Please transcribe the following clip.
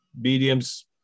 mediums